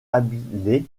habillé